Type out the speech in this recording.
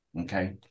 okay